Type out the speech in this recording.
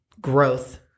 growth